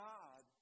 God